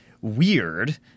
weird